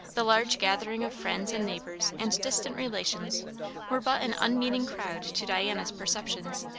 the large gathering of friends and neighbours and distant relations were but an unmeaning crowd to diana's perceptions.